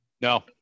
No